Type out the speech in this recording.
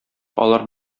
алар